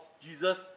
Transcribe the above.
Jesus